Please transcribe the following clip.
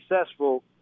successful